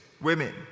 women